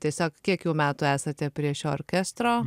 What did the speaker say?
tiesiog kiek jau metų esate prie šio orkestro